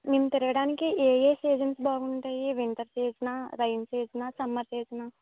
మేం తిరగటానికి ఏఏ సీజన్స్ బాగుంటాయి వింటర్ సీజనా రైన్ సీజనా సమ్మర్ సీజనా